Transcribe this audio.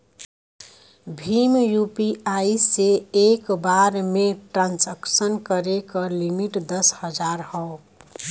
Bhim UPI से एक बार में ट्रांसक्शन करे क लिमिट दस हजार हौ